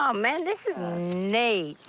um man, this is neat.